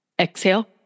Exhale